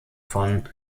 von